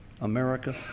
America